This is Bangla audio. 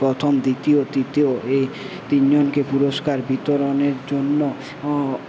প্রথম দ্বিতীয় তৃতীয় এই তিনজনকে পুরষ্কার বিতরণের জন্য